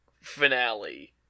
finale